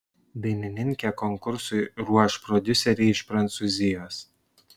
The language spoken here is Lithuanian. dainininkę konkursui ruoš prodiuseriai iš prancūzijos